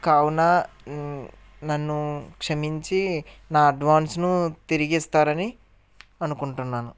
కావున నన్ను క్షమించి నా అడ్వాన్స్ను తిరిగిస్తారని అనుకుంటున్నాను